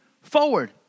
forward